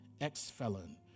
ex-felon